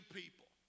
people